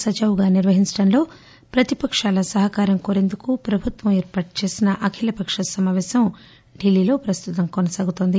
సజావుగా నిర్వహించడంలో ప్రతిపకాల సహకారం కోరేందుకు ప్రభుత్వం ఏర్పాటు చేసిన అఖిల పక్ష సమాపేశం ఢిల్లీలో ప్రస్తుతం కొనసాగుతోంది